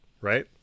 right